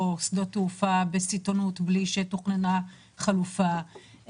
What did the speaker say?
שדות תעופה בסיטונות בלי שתוכננה חלופה,